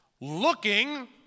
looking